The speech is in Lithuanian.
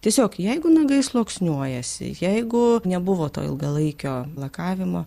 tiesiog jeigu nagai sluoksniuojasi jeigu nebuvo to ilgalaikio lakavimo